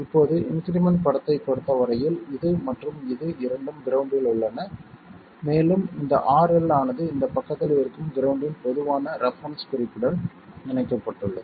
இப்போது இன்க்ரிமெண்ட் படத்தைப் பொறுத்த வரையில் இது மற்றும் இது இரண்டும் கிரவுண்ட்டில் உள்ளன மேலும் இந்த RL ஆனது இந்தப் பக்கத்தில் இருக்கும் கிரவுண்டின் பொதுவான ரெபெரென்ஸ் குறிப்புடன் இணைக்கப்பட்டுள்ளது